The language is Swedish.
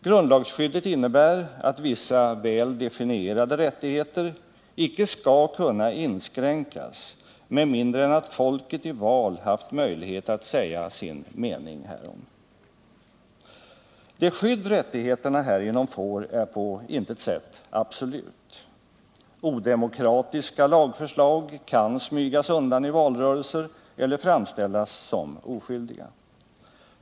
Grundlagsskyddet innebär att vissa väl definierade rättigheter icke skall kunna inskränkas med mindre än att folket i val haft möjlighet att säga sin mening därom. Det skydd rättigheterna härigenom får är på intet sätt absolut. Odemokratiska lagförslag kan smygas undan i valrörelser eller framställas som oskyldiga.